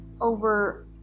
over